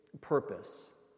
purpose